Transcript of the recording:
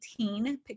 18